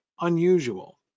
unusual